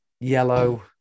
yellow